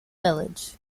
village